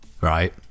Right